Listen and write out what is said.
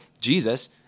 Jesus